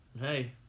Hey